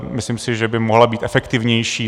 Myslím si, že by mohla být efektivnější.